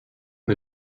the